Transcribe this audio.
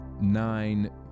nine